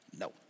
No